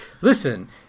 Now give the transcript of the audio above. listen